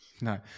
No